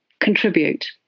contribute